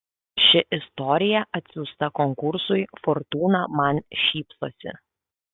ši istorija atsiųsta konkursui fortūna man šypsosi